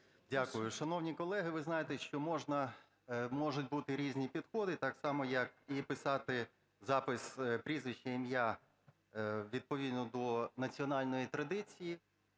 Дякую. Шановні колеги, ви знаєте, що можуть бути різні підходи, так само, як і писати, запис прізвище, ім'я відповідно до національної традиції